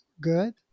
good